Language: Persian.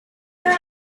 اومده